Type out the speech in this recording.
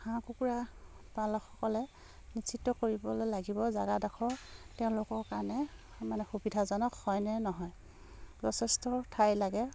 হাঁহ কুকুৰা পালকসকলে নিশ্চিত কৰিবলে লাগিব জাগাডখৰ তেওঁলোকৰ কাৰণে মানে সুবিধাজনক হয়নে নহয় যথেষ্ট ঠাই লাগে